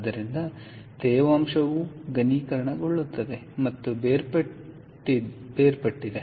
ಆದ್ದರಿಂದ ತೇವಾಂಶವು ಘನೀಕರಣಗೊಳ್ಳುತ್ತದೆ ಮತ್ತು ಬೇರ್ಪಡುತ್ತದೆ